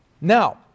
Now